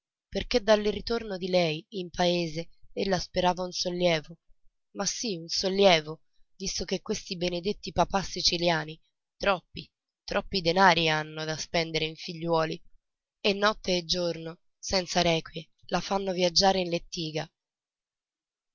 perché dal ritorno di lei in paese ella sperava un sollievo ma sì un sollievo visto che questi benedetti papà siciliani troppi troppi denari hanno da spendere in figliuoli e notte e giorno senza requie la fanno viaggiare in lettiga